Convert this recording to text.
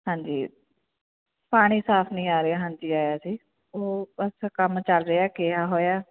ਹਾਂਜੀ ਪਾਣੀ ਸਾਫ ਨਹੀਂ ਆ ਰਿਹਾ ਹਾਂਜੀ ਆਇਆ ਸੀ ਉਹ ਬਸ ਕੰਮ ਚੱਲ ਰਿਹਾ ਕਿਹਾ ਹੋਇਆ